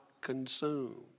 consumed